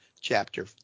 chapter